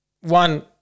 one